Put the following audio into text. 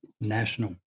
National